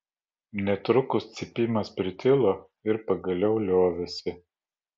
netrukus cypimas pritilo ir pagaliau liovėsi